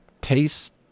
taste